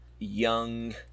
young